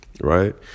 right